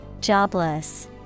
Jobless